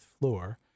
Floor